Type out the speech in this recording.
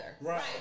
right